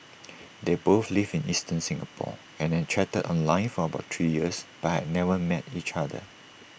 they both lived in eastern Singapore and had chatted online for about three years but had never met each other